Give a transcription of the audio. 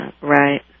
Right